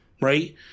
right